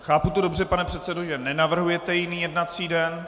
Chápu to dobře, pane předsedo, že nenavrhujete jiný jednací den.